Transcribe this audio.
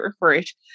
refresh